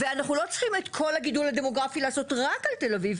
ואנחנו לא צריכים את כל הגידול הדמוגרפי לעשות רק על תל אביב.